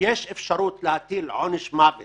יש אפשרות להטיל עונש מוות